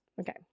Okay